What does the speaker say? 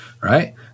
right